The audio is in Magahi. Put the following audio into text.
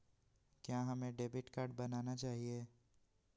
क्या हमें डेबिट कार्ड बनाना चाहिए?